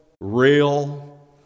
real